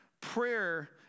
prayer